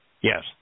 Yes